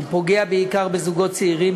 ופוגע בעיקר בזוגות צעירים,